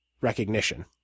recognition